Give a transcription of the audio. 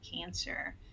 cancer